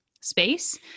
space